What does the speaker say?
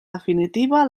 definitiva